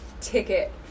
ticket